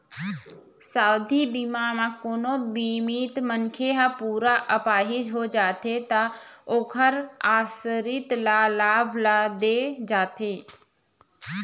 सावधि बीमा म कोनो बीमित मनखे ह पूरा अपाहिज हो जाथे त ओखर आसरित ल लाभ ल दे जाथे